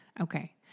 Okay